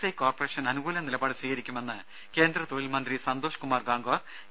I corporation അനുകൂല നിലപാട് സ്വീകരിക്കുമെന്ന് കേന്ദ്ര തൊഴിൽ മന്ത്രി സന്തോഷ് കുമാർ ഗാംഗ്വാർ ഇ